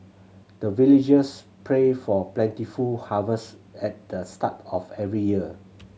the villagers pray for plentiful harvest at the start of every year